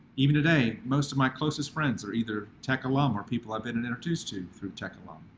even today, most of my closest friends are either tech alum or people i've been and introduced to through tech alum.